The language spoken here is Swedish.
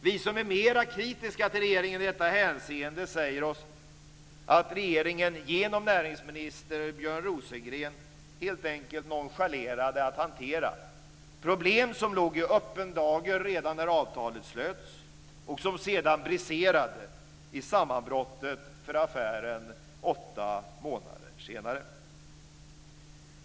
Vi som är mera kritiska till regeringen i detta hänseende säger oss att regeringen genom näringsminister Björn Rosengren helt enkelt nonchalerade att hantera problem som låg i öppen dager redan när avtalet slöts och som sedan briserade i sammanbrottet för affären åtta månader senare.